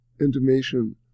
intimation